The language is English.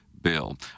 Bill